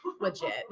legit